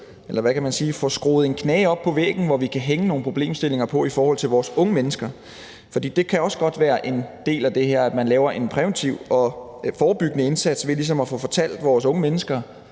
at få skruet en knage op på væggen, som vi kan hænge nogle problemstillinger på i forhold til vores unge mennesker. For det kan også godt være en del af det her, at man laver en præventiv og forebyggende indsats ved ligesom herindefra at få fortalt vores unge mennesker,